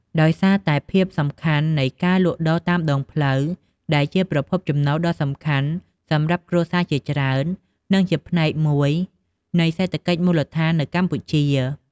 ដោយសារតែភាពសំខាន់នៃការលក់ដូរតាមដងផ្លូវ ដែលជាប្រភពចំណូលដ៏សំខាន់សម្រាប់គ្រួសារជាច្រើន និងជាផ្នែកមួយនៃសេដ្ឋកិច្ចមូលដ្ឋាននៅកម្ពុជា។